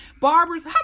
Barbers